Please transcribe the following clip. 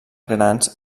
grans